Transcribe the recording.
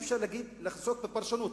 אי-אפשר לחסות בפרשנות.